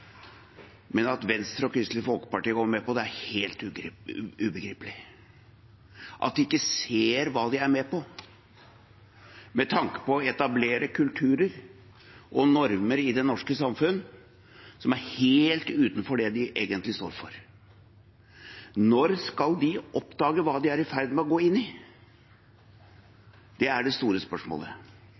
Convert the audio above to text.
Men at Venstre og Kristelig Folkeparti går med på det, er helt ubegripelig – at de ikke ser hva de er med på med tanke på å etablere kulturer og normer i det norske samfunn som er helt utenfor det de egentlig står for. Når skal de oppdage hva de er i ferd med å gå inn i? Det er det store spørsmålet.